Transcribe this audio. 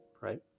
right